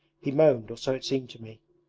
he moaned, or so it seemed to me.